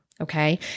okay